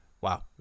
Wow